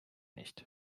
nicht